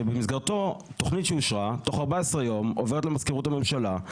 שבמסגרתו תוכנית שאושרה תוך 14 יום עוברת למזכירות הממשלה.